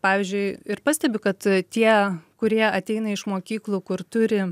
pavyzdžiui ir pastebi kad tie kurie ateina iš mokyklų kur turi